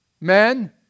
men